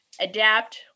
adapt